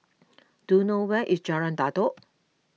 do you know where is Jalan Datoh